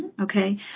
Okay